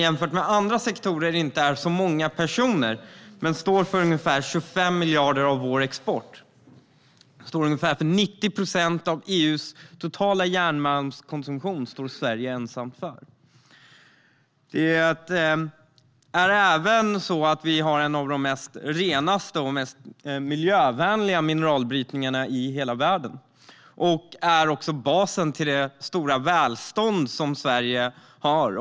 Jämfört med andra sektorer är de kanske inte så många, men de står för ungefär 25 miljarder av vår export. Sverige ensamt står för ungefär 90 procent av EU:s totala järnmalmsproduktion. Vi har också en av de renaste och miljövänligaste mineralbrytningarna i hela världen. Den är också basen för det stora välstånd som Sverige har.